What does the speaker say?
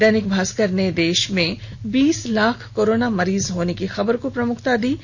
दैनिक भास्कर ने देश में बीस लाख कोरोना मरीज होने की खबर को प्रमुखता दी है